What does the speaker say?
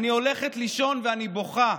אני הולכת לישון ואני בוכה,